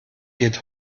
geht